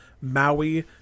Maui